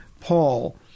Paul